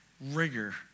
rigor